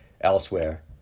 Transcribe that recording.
elsewhere